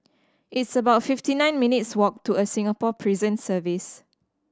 it's about fifty nine minutes' walk to a Singapore Prison Service